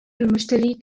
المشتري